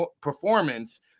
performance